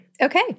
Okay